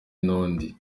n’undi